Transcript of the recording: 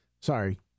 Sorry